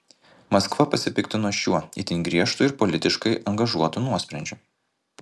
maskva pasipiktino šiuo itin griežtu ir politiškai angažuotu nuosprendžiu